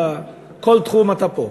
כל תחום אתה פה.